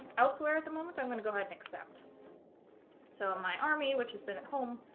elsewhere at the moment i'm gonna go ahead and accept so my army which has been at home